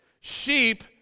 Sheep